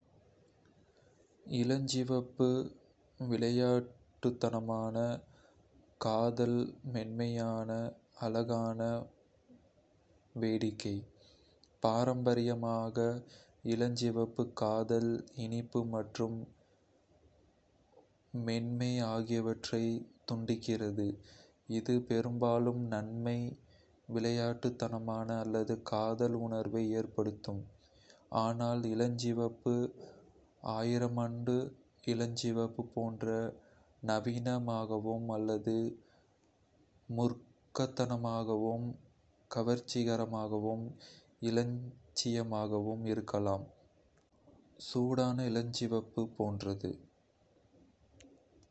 இளஞ்சிவப்பு - விளையாட்டுத்தனமான, காதல், மென்மையான, அழகான, வேடிக்கை பாரம்பரியமாக, இளஞ்சிவப்பு காதல், இனிப்பு மற்றும் மென்மை ஆகியவற்றைத் தூண்டுகிறது. இது பெரும்பாலும் நம்மை விளையாட்டுத்தனமாக அல்லது காதல் உணர்வை ஏற்படுத்தும். ஆனால் இளஞ்சிவப்பு ஆயிரமாண்டு இளஞ்சிவப்பு போன்ற நவீனமாகவும், அல்லது மூர்க்கத்தனமாகவும், கவர்ச்சியாகவும், கிளர்ச்சியாகவும் இருக்கலாம், சூடான இளஞ்சிவப்பு போன்றது.